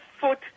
foot